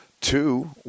Two